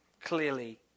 clearly